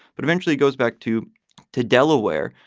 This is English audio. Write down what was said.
but eventually goes back to to delaware.